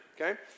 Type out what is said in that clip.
okay